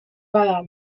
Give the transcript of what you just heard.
bada